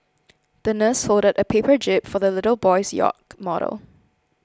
the nurse folded a paper jib for the little boy's yacht model